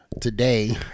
Today